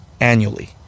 annually